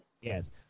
Yes